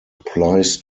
applies